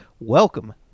Welcome